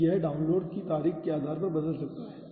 तो यह डाउनलोड की तारीख के आधार पर बदल सकता है